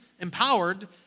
empowered